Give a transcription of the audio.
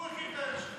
הוא הקים את,